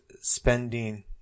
spending